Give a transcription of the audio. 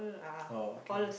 oh okay